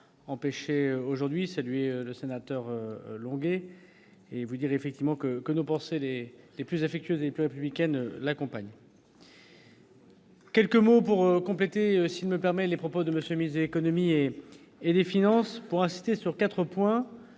général aujourd'hui saluer le sénateur Longuet et vous dire effectivement que que nos pensées les plus affectueuses et peu républicaine, la compagnie. Quelques mots pour compléter si me permet les propos de monsieur mise économie et des finances pour insister sur 4 points